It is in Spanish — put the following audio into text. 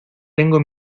tengo